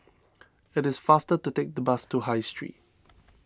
it is faster to take the bus to High Street